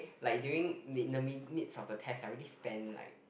like during the the mid midst of the test I already spend like